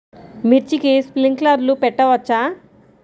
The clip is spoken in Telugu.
మిర్చికి స్ప్రింక్లర్లు పెట్టవచ్చా?